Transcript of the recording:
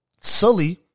Sully